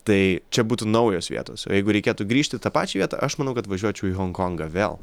tai čia būtų naujos vietos o jeigu reikėtų grįžti tą pačią vietą aš manau kad važiuočiau į honkongą vėl